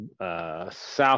South